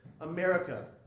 America